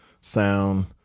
sound